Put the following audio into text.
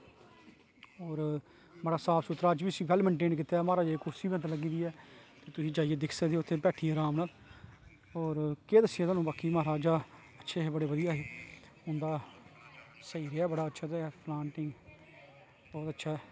बड़ा साफ सुथरा अज्ज बी उसी बेल मेन्टेन कीते दा महाराजा दी कुर्सी बी अंदर लग्गी दी ऐ उसी दिक्खी सकदे ओ अंदर बैठियै आराम नाल और केह् दस्सिये थुहानू बाकी महाराजा अच्छे हे बडे़ बधिया है उंदा स्हेई ऐ बड़ा अच्छा फलान डींग बहुत अच्छा